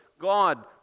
God